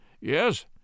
YES